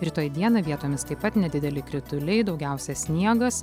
rytoj dieną vietomis taip pat nedideli krituliai daugiausia sniegas